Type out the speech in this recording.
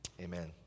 Amen